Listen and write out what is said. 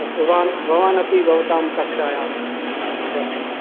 भवान् भवान् अपि भवतां कक्षायां व वर्तते